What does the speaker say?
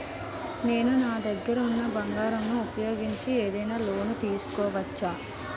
నేను నా దగ్గర ఉన్న బంగారం ను ఉపయోగించి ఏదైనా లోన్ తీసుకోవచ్చా?